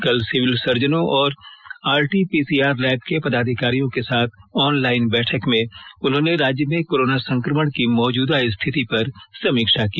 कल सिविल सर्जनों और आरटी पीसीआर लैब के पदाधिकारियों के साथ ऑनलाइन बैठक में उन्होंने राज्य में कोरोना संक्रमण की मौजूदा स्थिति पर समीक्षा की